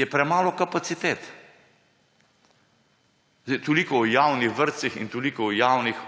je premalo kapacitet. Toliko o javnih vrtcih in toliko o javnih